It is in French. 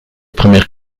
premières